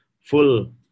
full